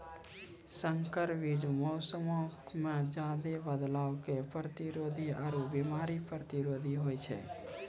संकर बीज मौसमो मे ज्यादे बदलाव के प्रतिरोधी आरु बिमारी प्रतिरोधी होय छै